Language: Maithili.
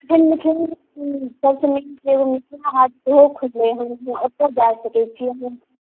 अखन मिथिला सबसे नीक एगो मिथिला हाट सेहो खुललै हँ ओतौ जा सकै छी अहाँ